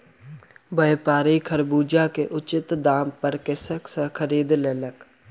व्यापारी खरबूजा के उचित दाम पर कृषक सॅ खरीद लेलक